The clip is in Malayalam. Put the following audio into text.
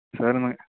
സാറിന്